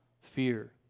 fear